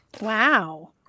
Wow